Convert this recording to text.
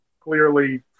clearly